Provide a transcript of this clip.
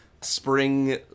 spring